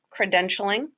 credentialing